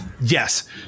yes